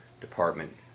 department